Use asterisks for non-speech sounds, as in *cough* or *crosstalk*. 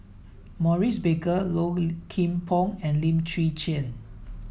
Maurice Baker Low *unintelligible* Kim Pong and Lim Chwee Chian